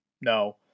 no